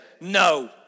no